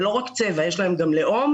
ולא רק צבע אלא יש להם גם לאום,